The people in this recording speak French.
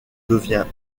devient